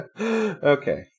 Okay